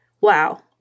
wow